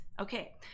Okay